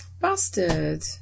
bastard